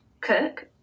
cook